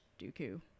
dooku